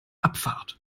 abfahrt